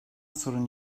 sorun